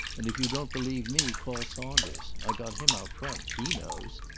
and if you don't believe me, call saunders. i got him out front. he knows.